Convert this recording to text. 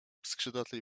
skrzydlatej